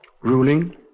Ruling